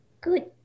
Good